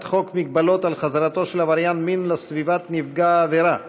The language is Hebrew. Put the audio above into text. חוק מגבלות על חזרתו של עבריין מין לסביבת נפגע העבירה (תיקון,